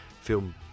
film